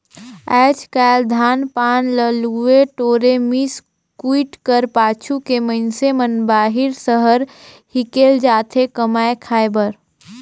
आएज काएल धान पान ल लुए टोरे, मिस कुइट कर पाछू के मइनसे मन बाहिर सहर हिकेल जाथे कमाए खाए बर